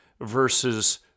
versus